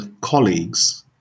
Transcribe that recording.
colleagues